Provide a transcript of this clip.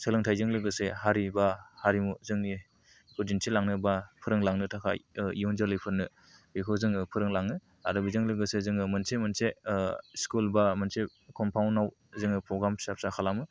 सोलोंथाइजों लोगोसे हारि बा हारिमु जोंनि दिन्थिलांनोबा बा फोरोंलांनो थाखाय इयुन जोलैफोरनो बेखौ जोङो फोरोंलाङो आरो बेजों लोगोसे जोङो मोनसे मोनसे स्कुल बा मोनसे कमपाउन्दाव जोङो प्रग्राम फिसा फिसा खालामो